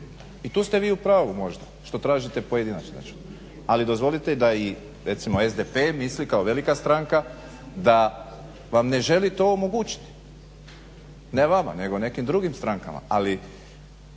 I tu ste vi možda u pravu što tražite pojedinačni račun. Ali dozvolite da i recimo SDP misli kao velika stranka da vam ne želi to omogućiti, ne vama nego nekim drugim strankama. Ali